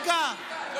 זה לא שאילתה.